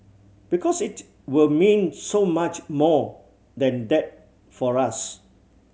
because it will mean so much more than that for us